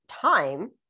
time